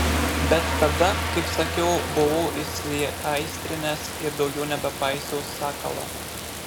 bet tada kaip sakiau buvau įsiaistrinęs ir daugiau nebepaisiau sakalo